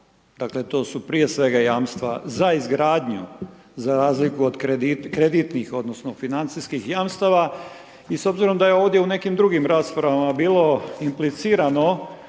jamstva, to su prije svega jamstva za izgradnju, za razliku od kreditnih odnosno financijskih jamstava. I s obzirom da je ovdje u nekim drugim raspravama bilo implicirano